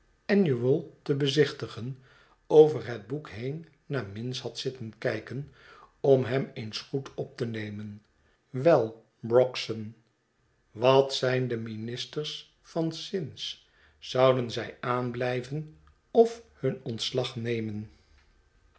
annual te bezichtigen over het boek heen naar minns had zitten kijken om hem eens goed op te nemen wel brogson wat zijn de ministers van zins zouden zij aanblijven of hun ontslag nemen